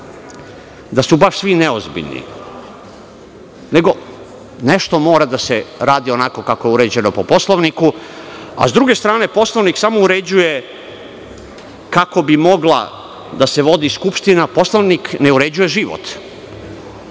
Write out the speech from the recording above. da su baš svi neozbiljni. Nešto mora da se radi onako kako je uređeno po Poslovniku. Sa druge strane, Poslovnik samo uređuje kako bi mogla da se vodi Skupština. Poslovnik ne uređuje život.